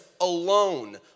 alone